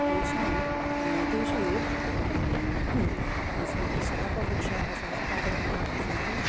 तेषां तेषु अस्माकं शाकवृक्षाः शाकपादपाः अपि सन्ति